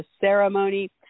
ceremony